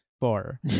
Four